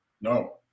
No